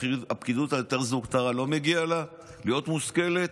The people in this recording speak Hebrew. הפקידות היותר-זוטרה, לא מגיע להיות מושכלת?